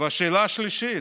והשאלה השלישית: